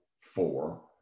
four